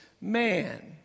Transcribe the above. man